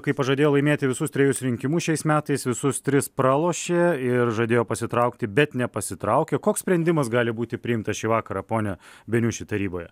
kai pažadėjo laimėti visus trejus rinkimus šiais metais visus tris pralošė ir žadėjo pasitraukti bet nepasitraukė koks sprendimas gali būti priimtas šį vakarą pone beniuši taryboje